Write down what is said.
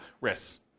risks